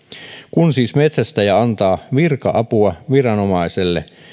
kun siis metsästäjä antaa virka apua viranomaiselle